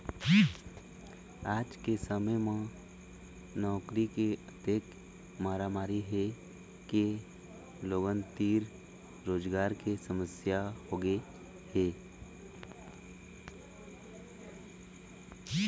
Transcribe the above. आज के समे म नउकरी के अतेक मारामारी हे के लोगन तीर रोजगार के समस्या होगे हे